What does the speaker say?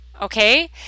okay